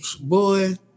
Boy